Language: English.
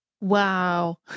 Wow